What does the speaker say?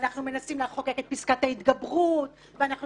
ואנחנו מנסים לחוקק את פסקת ההתגברות ואנחנו